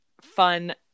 fun